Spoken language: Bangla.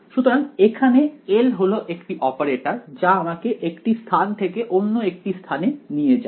সুতরাং এখানে L হল একটি অপারেটর যা আমাকে একটি স্থান থেকে অন্য একটি স্থানে নিয়ে যায়